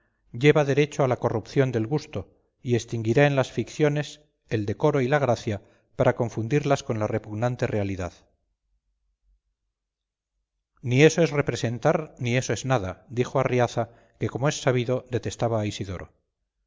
lleva derecho a la corrupción del gusto y extinguirá en las ficciones el decoro y la gracia para confundirlas con la repugnante realidad ni eso es representar ni eso es nada dijo arriaza que como es sabido detestaba a isidoro